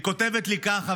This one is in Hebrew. היא כותבת לי כך,